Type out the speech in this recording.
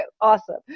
Awesome